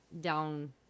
Down